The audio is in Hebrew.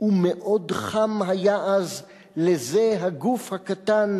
ומאוד חם היה אז לזה הגוף הקטן,